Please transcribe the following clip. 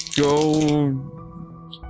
go